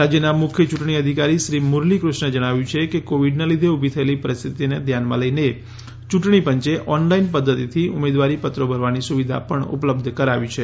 રાજ્યના મુખ્ય યૂંટણી અધિકારી શ્રી મુરલીકૃષ્ણે જણાવ્યું છે કે કોવીડના લીધે ઉભી થયેલી પરિસ્થીતી ને ઘ્યાનમાં લઈને યૂંટણી પંચે ઓનલાઈન પદ્વતીથી ઉમેદવારી પત્રો ભરવાની સુવિધા પણ ઉપલબ્ધ કરાવી છે